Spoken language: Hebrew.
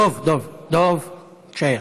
דב, דב, תישאר.